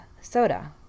soda